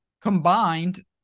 combined